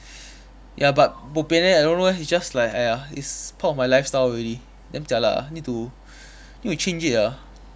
ya but bo pian eh I don't know eh it's just like !aiya! it's part of my lifestyle already damn jialat ah need to need to change it ah